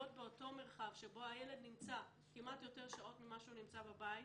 באותו מרחב שבו הילד נמצא כמעט יותר שעות מאשר הוא נמצא בבית,